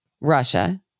Russia